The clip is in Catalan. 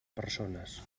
persones